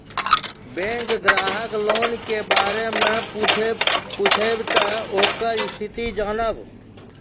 Bank ग्राहक loan के बारे मैं पुछेब ते ओकर स्थिति जॉनब?